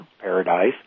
paradise